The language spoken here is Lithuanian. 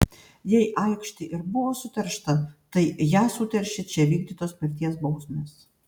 jei aikštė ir buvo suteršta tai ją suteršė čia vykdytos mirties bausmės